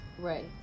right